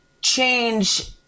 change